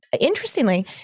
Interestingly